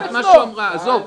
לא שאלתי מה הוא יעשה --- אלעזר,